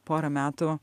porą metų